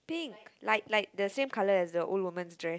pink like like the same colour as the old woman's dress